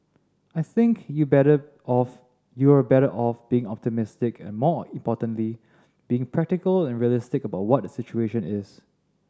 I think you better off you're better off being optimistic and more importantly being practical and realistic about what the situation is